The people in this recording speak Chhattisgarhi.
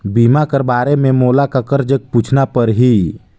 बीमा कर बारे मे मोला ककर जग पूछना परही?